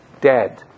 dead